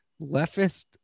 leftist